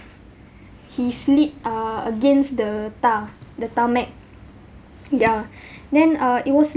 he slipped uh against the tar the tarmac yeah then uh it was